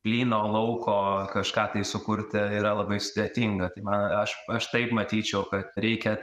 plyno lauko kažką tai sukurti yra labai sudėtinga tai man aš aš taip matyčiau kad reikia